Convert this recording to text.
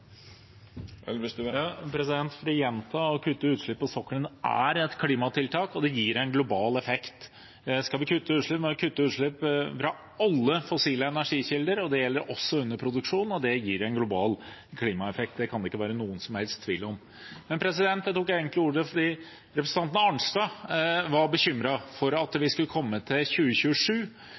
å kutte utslipp på sokkelen er et klimatiltak, og det gir en global effekt. Skal vi kutte utslipp, må vi kutte utslipp fra alle fossile energikilder, det gjelder også under produksjon. Det gir en global klimaeffekt, det kan det ikke være noen som helst tvil om. Jeg tok egentlig ordet fordi representanten Arnstad var bekymret for at vi skulle komme til 2027